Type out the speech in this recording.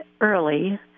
early